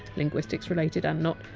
linguistics-related and not,